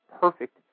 perfect